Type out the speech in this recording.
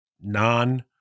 non